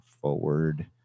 Forward